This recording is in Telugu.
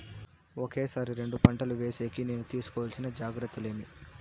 ఒకే సారి రెండు పంటలు వేసేకి నేను తీసుకోవాల్సిన జాగ్రత్తలు ఏమి?